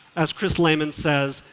as chris layman says,